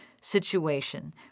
situation